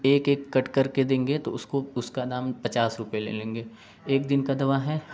एक एक कट करके देंगे तो उसको उसका दाम पचास रुपये ले लेंगे एक दिन का दवा है